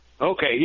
Okay